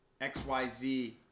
xyz